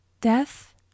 Death